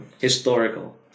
historical